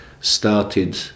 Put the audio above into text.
started